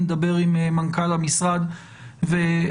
נדבר עם מנכ"ל המוסד ונראה.